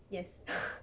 yes